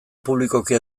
publikoki